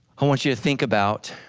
i want you to think about,